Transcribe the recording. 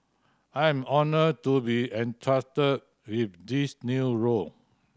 I am honoured to be entrusted with this new role